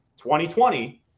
2020